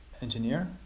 engineer